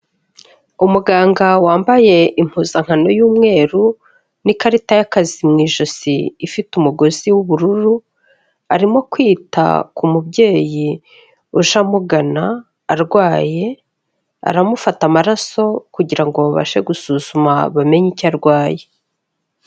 Umuganga wambaye impuzankano y'umweru n'ikarita y'akazi mu ijosi ifite umugozi w'ubururu, arimo kwita ku mubyeyi uje amugana arwaye, aramufata amaraso kugira ngo babashe gusuzuma bamenye icyo arwaye.